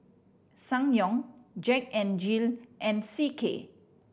Ssangyong Jack N Jill and C K